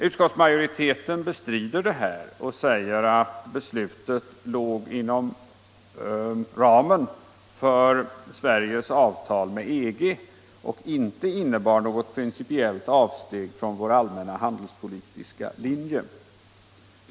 Utskottsmajoriteten bestrider det här och säger att beslutet låg inom ramen för Sveriges avtal med EG och inte innebar något principiellt avsteg från vår allmänna handelspolitiska linje.